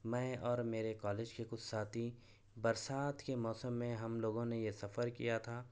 میں اور میرے کالج کے کچھ ساتھی برسات کے موسم میں ہم لوگوں نے یہ سفر کیا تھا